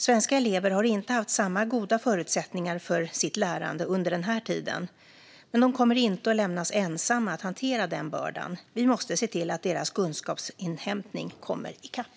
Svenska elever har inte haft samma goda förutsättningar för sitt lärande under den här tiden. Men de kommer inte att lämnas ensamma att hantera den bördan. Vi måste se till att deras kunskapsinhämtning kommer i kapp.